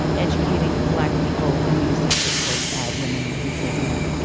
educating black people. and we just have to, of course, add women where he says men.